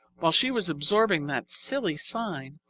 while she was absorbing that silly sign,